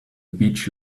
beach